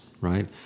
right